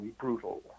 brutal